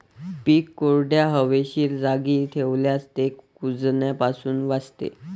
पीक कोरड्या, हवेशीर जागी ठेवल्यास ते कुजण्यापासून वाचते